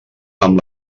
amb